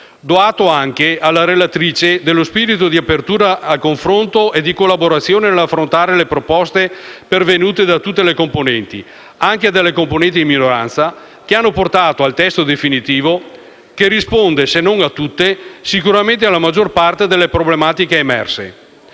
Do atto anche alla relatrice dello spirito di apertura al confronto e di collaborazione nell'affrontare le proposte pervenute da tutte le componenti, anche di minoranza, che hanno portato al testo definitivo, che risponde, se non a tutte, sicuramente alla maggior parte delle problematiche emerse.